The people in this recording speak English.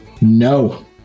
No